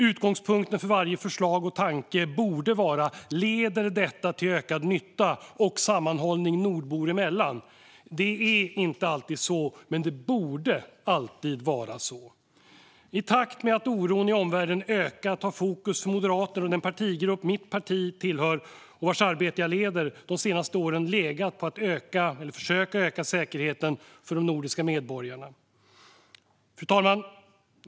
Utgångspunkten för varje förslag och tanke borde vara: Leder detta till ökad nytta och sammanhållning nordbor emellan? Det är inte alltid så, men det borde alltid vara så. I takt med att oron i omvärlden ökat har fokus för Moderaterna och den partigrupp mitt parti tillhör, och vars arbete jag leder, de senaste åren legat på att försöka öka säkerheten för de nordiska medborgarna. Fru talman!